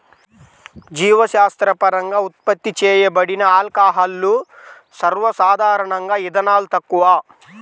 జీవశాస్త్రపరంగా ఉత్పత్తి చేయబడిన ఆల్కహాల్లు, సర్వసాధారణంగాఇథనాల్, తక్కువ